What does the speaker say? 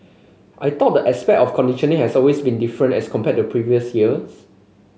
I thought the aspect of conditioning has always been different as compared to previous years